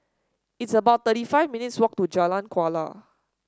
it's about thirty five minutes' walk to Jalan Kuala